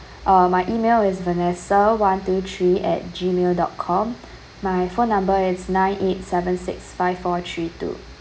uh my email is vanessa one two three at gmail dot com my phone number is nine eight seven six five four three two